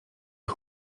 nam